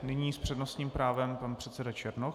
Nyní s přednostním právem pan předseda Černoch.